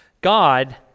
God